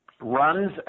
runs